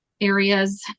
areas